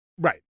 Right